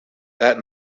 that